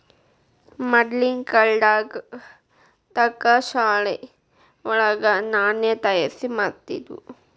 ಮದ್ಲಿನ್ ಕಾಲ್ದಾಗ ಠಂಕಶಾಲೆ ವಳಗ ನಾಣ್ಯ ತಯಾರಿಮಾಡ್ತಿದ್ರು